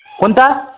कोणता